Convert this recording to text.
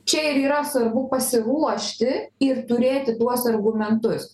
čia ir yra svarbu pasiruošti ir turėti tuos argumentus